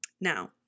Now